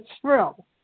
thrill